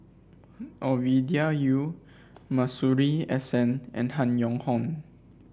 Ovidia Yu Masuri S N and Han Yong Hong